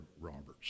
Roberts